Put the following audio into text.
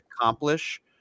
accomplish